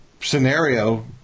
scenario